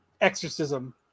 exorcism